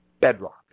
bedrock